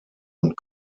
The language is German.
und